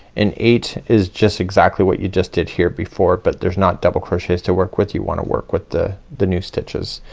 and eight is just exactly what you just did here before but there's not double crochets to work with you wanna work with the the new stitches.